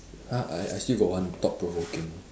uh I I still got one thought provoking